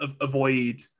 avoid